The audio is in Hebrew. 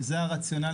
וזה הרציונל,